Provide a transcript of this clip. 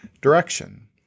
direction